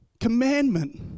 commandment